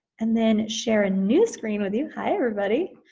and then share a new screen with you, hi, everybody.